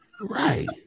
Right